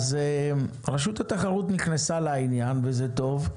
אז רשות התחרות נכנסה לעניין וזה טוב,